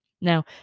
Now